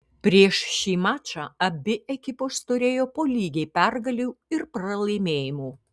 prieš šį mačą abi ekipos turėjo po lygiai pergalių ir pralaimėjimų